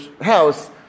house